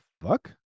fuck